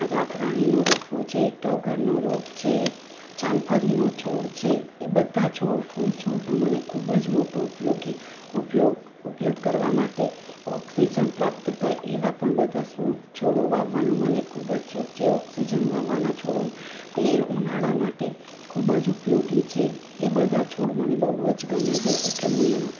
રાતરાણીનો રોપો છે ટગરનો રોપ છે જામફળીનો છોડ છે એ બધા છોડ ફૂલ છોડનો મને ખૂબ જ મોટો ઉપયોગી ઉપયોગ ઉપયોગ કરવા માટે ઑક્સીજન પ્રાપ્ત થાય એવા પણ બધા છોડો વાવવાનું મને ખૂબ જ શોખ છે ઑક્સીજન વાવવાના છોડો તે ઉનાળા માટે ખૂબ જ ઉપયોગી છે એ બધા છોડ મને બહુ જ ગમે છે એટલે હું એનું